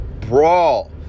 brawl